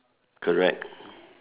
correct